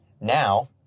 Now